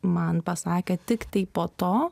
man pasakė tiktai po to